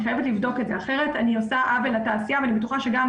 אני חייבת לבדוק את זה כי אחרת אני עושה עוול לתעשייה ואני בטוחה שגם